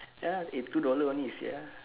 ya lah eh two dollar only sia